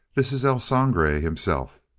this is el sangre himself.